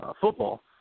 football